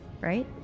Right